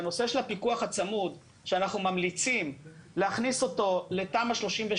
שהנושא של הפיקוח הצמוד שאנחנו ממליצים להכניס אותו לתמ"א 38,